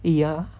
eh ya